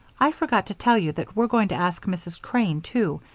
i forgot to tell you that we're going to ask mrs. crane, too,